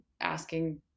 asking